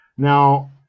Now